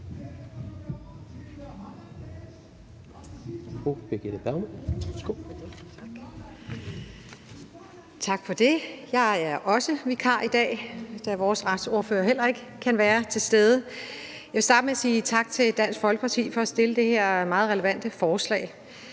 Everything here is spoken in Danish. Tak for det. Jeg er også vikar i dag, da vores retsordfører heller ikke kan være til stede. Jeg vil starte med at sige tak til Dansk Folkeparti for at fremsætte det her meget relevante forslag.